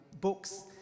books